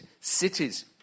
cities